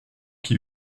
qui